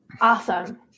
Awesome